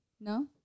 No